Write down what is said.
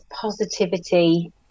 positivity